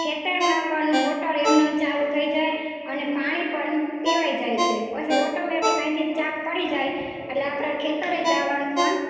ખેતરમાં પણ મોટર એમનેમ ચાલુ થઈ જાય અને પાણી પણ પીવાઈ જાય સે પછી ઓટોમેટિક અહીંથી ચાંપ પડી જાય અટલે આપણા ખેતરે જાવાનું પણ